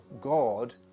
God